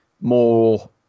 more